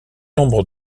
nombre